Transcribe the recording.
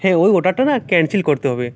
হ্যাঁ ওই অর্ডারটা না ক্যানসেল করতে হবে